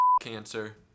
cancer